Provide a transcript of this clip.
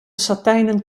satijnen